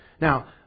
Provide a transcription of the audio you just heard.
Now